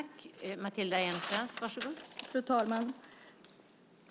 Fru talman!